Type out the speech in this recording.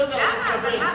בסדר, אני מקבל.